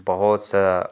بہت سا